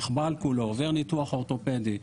נחבל כולו עושה ניתוח אורתופדי,